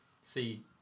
see